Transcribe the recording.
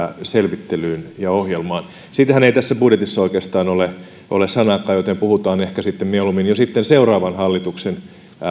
selvittelyyn ja ohjelmaan niistähän ei tässä budjetissa oikeastaan ole ole sanaakaan joten puhutaan sitten ehkä mieluummin jo seuraavan hallituksen